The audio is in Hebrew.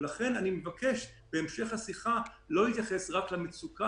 ולכן אני מבקש בהמשך השיחה לא להתייחס רק למצוקה